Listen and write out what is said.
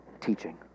teaching